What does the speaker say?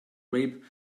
rape